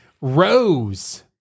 Rose